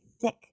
thick